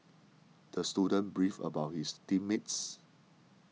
the student beefed about his team mates